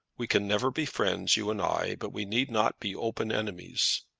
we can never be friends you and i but we need not be open enemies.